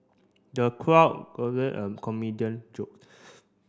the crowd at the comedian joke